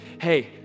hey